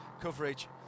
coverage